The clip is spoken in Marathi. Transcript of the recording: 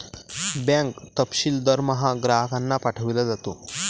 बँक तपशील दरमहा ग्राहकांना पाठविला जातो